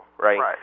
right